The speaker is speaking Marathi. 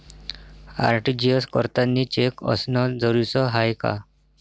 आर.टी.जी.एस करतांनी चेक असनं जरुरीच हाय का?